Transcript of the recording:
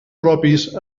propis